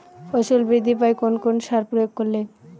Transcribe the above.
ফসল বৃদ্ধি পায় কোন কোন সার প্রয়োগ করলে?